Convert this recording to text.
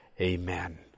Amen